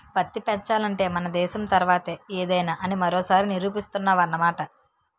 పత్తి పెంచాలంటే మన దేశం తర్వాతే ఏదైనా అని మరోసారి నిరూపిస్తున్నావ్ అన్నమాట